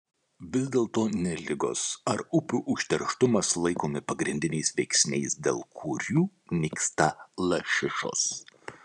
vis dėlto ne ligos ar upių užterštumas laikomi pagrindiniais veiksniais dėl kurių nyksta lašišos